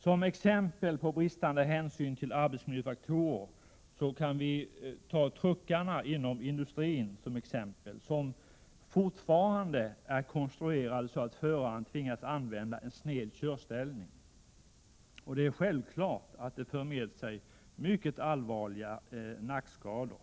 Som exempel på bristande hänsyn till arbetsmiljöfaktorer kan nämnas att flertalet truckar i industrin är konstruerade så att föraren tvingas till en sned körställning. Självklart medför det allvarliga nackskador.